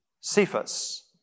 Cephas